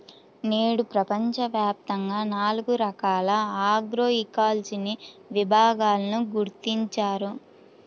నేడు ప్రపంచవ్యాప్తంగా నాలుగు రకాల ఆగ్రోఇకాలజీని విభాగాలను గుర్తించారు